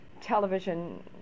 television